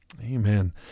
Amen